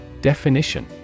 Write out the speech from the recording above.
Definition